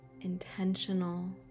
intentional